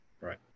Right